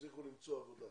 הצליחו למצוא עבודה.